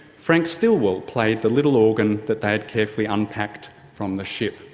frank stillwell played the little organ that they had carefully unpacked from the ship.